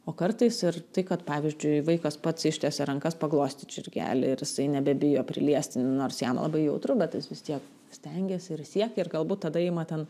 o kartais ir tai kad pavyzdžiui vaikas pats ištiesė rankas paglostyt žirgelį ir jisai nebebijo priliesti nors jam labai jautru bet jis vis tiek stengiasi ir siekia ir galbūt tada ima ten